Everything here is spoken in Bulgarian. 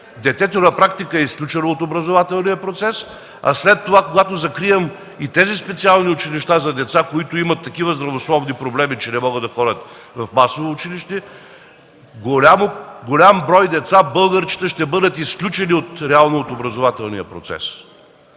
детето на практика е изключено от образователния процес, а след като закрием и тези специални училища за деца, които имат такива здравословни проблеми, че не могат да ходят в масово училище, голям брой деца – българчета, ще бъдат изключени реално от образователния процес.